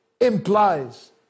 implies